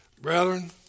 Brethren